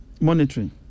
monitoring